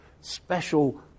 special